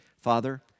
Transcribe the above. Father